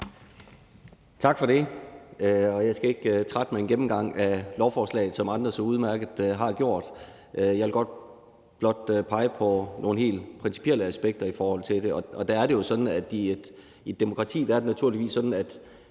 Tak for det. Jeg skal ikke trætte med en gennemgang af lovforslaget, som andre så udmærket har gjort. Jeg vil godt blot pege på nogle helt principielle aspekter i forhold til det, og der er det jo naturligvis sådan i